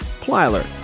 Plyler